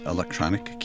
Electronic